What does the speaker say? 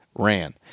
ran